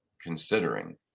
considering